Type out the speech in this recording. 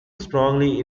strongly